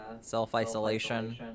self-isolation